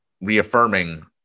reaffirming